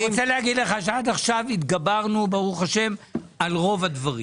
אני רוצה להגיד לך שעד עכשיו התגברנו ברוך השם על רוב הדברים.